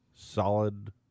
Solid